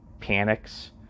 panics